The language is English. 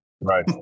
Right